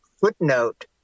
footnote